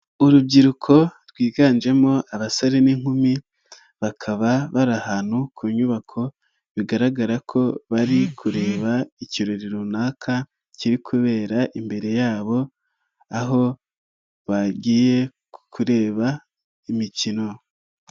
Urubyiruko rwiganjemo abasore n'inkumi bakaba bari ahantu ku nyubako, bigaragara ko bari kureba ikirori runaka kiri kubera imbere yabo, aho bagiye kureba imikino.